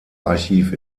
archiv